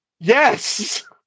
Yes